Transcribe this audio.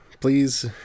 please